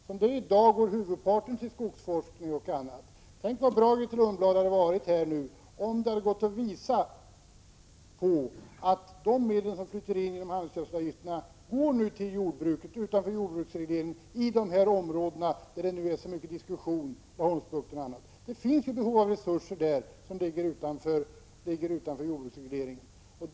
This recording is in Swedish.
Som det är i dag går huvudparten till skogsforskning och annat. Tänk vad bra det hade varit, Grethe Lundblad, om det hade gått att visa att de medel som flyter in genom handelsgödselsavgifterna går till jordbruket utanför jordbruksregleringen i de områden som det är så mycket diskussion om, t.ex. Laholmsbukten. Det finns ju behov av resurser där som ligger utanför jordbruksregleringen.